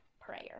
prayer